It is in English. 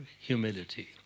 humility